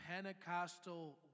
Pentecostal